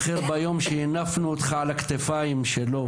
שבו הנפנו אותך על הכתפיים שלו